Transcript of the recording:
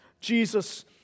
Jesus